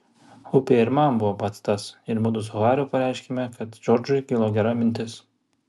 upė ir man buvo pats tas ir mudu su hariu pareiškėme kad džordžui kilo gera mintis